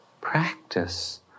practice